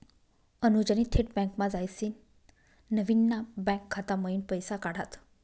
अनुजनी थेट बँकमा जायसीन नवीन ना बँक खाता मयीन पैसा काढात